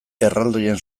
erraldoien